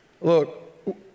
Look